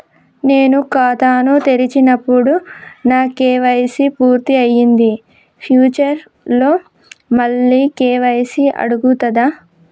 నేను ఖాతాను తెరిచినప్పుడు నా కే.వై.సీ పూర్తి అయ్యింది ఫ్యూచర్ లో మళ్ళీ కే.వై.సీ అడుగుతదా?